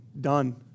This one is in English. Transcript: done